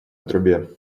трубе